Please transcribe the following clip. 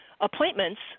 appointments